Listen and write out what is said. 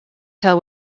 tell